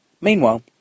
Meanwhile